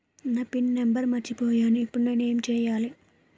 నా PIN number మర్చిపోయాను ఇప్పుడు నేను ఎంచేయాలి?